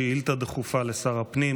שאילתה דחופה לשר הפנים.